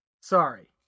Sorry